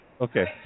okay